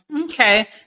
Okay